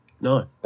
No